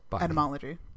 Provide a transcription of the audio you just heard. etymology